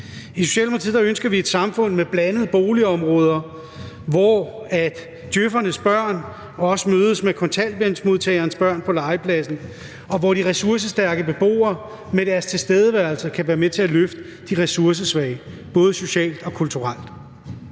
I Socialdemokratiet ønsker vi et samfund med blandede boligområder, hvor djøf'ernes børn også mødes med kontanthjælpsmodtagernes børn på legepladsen, og hvor de ressourcestærke beboere med deres tilstedeværelse kan være med til at løfte de ressourcesvage, både socialt og kulturelt.